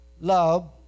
love